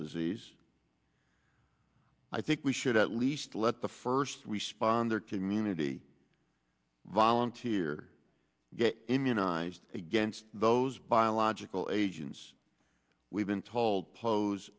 disease i think we should at least let the first responder community volunteer get immunized against those biological agents we've been told pose